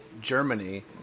Germany